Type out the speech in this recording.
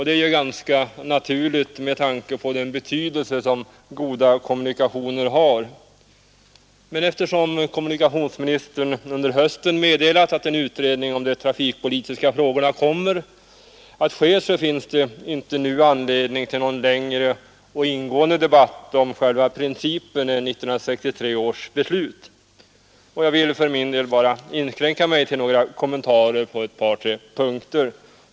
Det är ganska naturligt med tanke på den betydelse goda kommunikationer har, men eftersom kommunikationsministern under hösten meddelat att en utredning om de trafikpolitiska frågorna kommer att ske finns inte nu anledning att föra någon längre och ingående debatt om själva principen i 1963 års beslut. Jag vill för min del inskränka mig till att göra några kommentarer på ett par tre punkter.